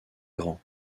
grand